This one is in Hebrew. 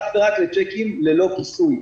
אך ורק לצ'קים ללא כיסוי.